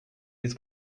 his